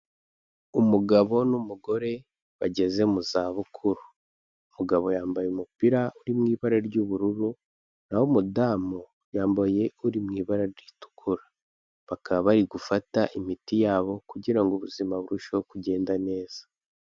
Umugabo n'umugore bageze mu za bukuru, umugabo yambaye umupira uri mu ibara ry'ubururu naho umudamu yambaye uri mu ibara ritukura, bakaba bari gufata imiti yabo kugira ubuzima burusheho kugenda neza.